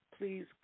Please